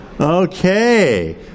Okay